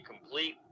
complete